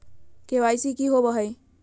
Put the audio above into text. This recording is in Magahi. के.वाई.सी की होबो है?